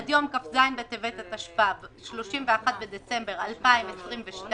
עד יום כ"ז בטבת התשפ"ב (31 בדצמבר 2022),